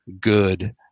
good